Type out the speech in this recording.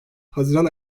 haziran